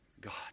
God